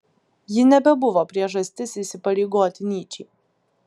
ji nebebuvo priežastis įsipareigoti nyčei